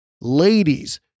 Ladies